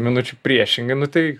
minučių priešingai nu tai